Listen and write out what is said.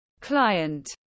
Client